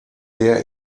sehr